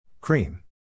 Cream